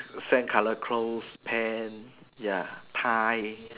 same color clothes pant ya tie